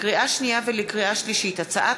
לקריאה שנייה ולקריאה שלישית: הצעת